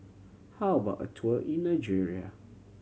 how about a tour in Nigeria